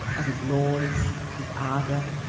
at his lawns, his aga,